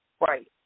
Right